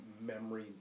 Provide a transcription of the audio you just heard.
memory